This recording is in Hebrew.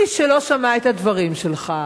מי שלא שמע את הדברים שלך,